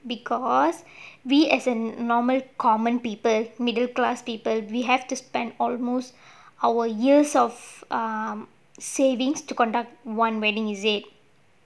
because we as a normal common people middle class people we have to spend almost our years of um savings to conduct one wedding is it